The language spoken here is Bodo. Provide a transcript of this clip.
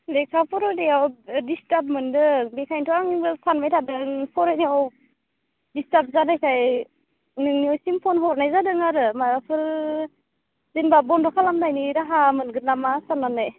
लेखा फरायनायाव डिसटार्ब मोनदों बेखायन्थ' आंबो सानबाय थादों फरायनायाव डिसटार्ब जानायखाय नोंनिसिम फन हरनाय जादों आरो माबाफोर जेनोबा बन्द खालामनायनि राहा मोनगोन नामा साननानै